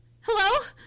hello